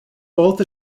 both